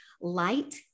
light